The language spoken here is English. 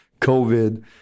COVID